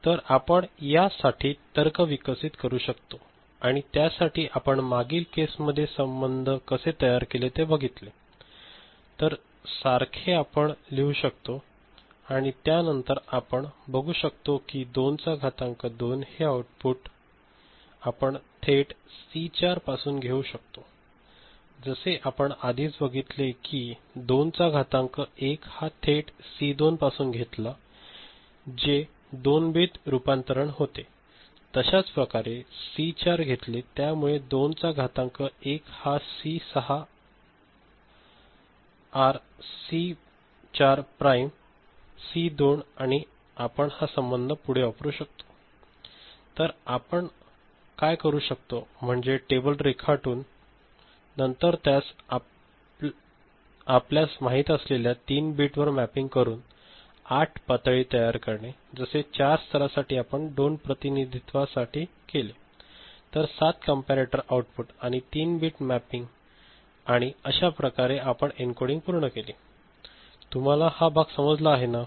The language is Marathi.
तर आपण या साठी तर्क विकसित करू शकतो आणि त्यासाठी आपण मागील केस मध्ये संबंध कसे तयार केले ते बघितले तर सारखे आपण लिहू शकतो आणू त्या नंतर आपण बघू शक्तो की 2 चा घातांक 2 हे आउटपुट हे आपण थेट सी 4 पासून घेऊ शकतो जसे आपण आधीच बघितले कि 2 चा घातांक 1 हा थेट सी 2 पासून घेतला जे 2 बिट रुपातंरण होते त्यश्चाच प्रकारे सी 4 घेतले त्या मुले २ चा घातांक 1 हा C 6 or C 4 prime C 2 आणि आपण हा संबंध पुढे वापरू तर हे आपण करू शकतो म्हणजे टेबल रेखाटून आणि नंतर त्यास आपल्यास माहित असलेल्या 3 बिटवर मॅपिंग करून 8 पातळी तयार करणे जसे 4 स्तरासाठी आपण 2 बिट प्रतिनिधित्वासाठी केले तर 7 कॅम्परेटर आउटपुट आणि 3 बिट मॅपिंग आणि अशा प्रकारे आपण एन्कोडिंग पूर्ण केली तुम्हाला हा भाग समजला आहे ना